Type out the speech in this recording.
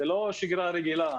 זאת לא שגרה רגילה.